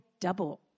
double